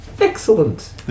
Excellent